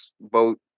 boat